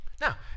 Now